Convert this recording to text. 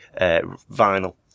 vinyl